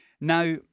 now